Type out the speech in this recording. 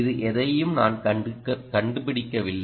இது எதையும் நான் கண்டுபிடிக்கவில்லை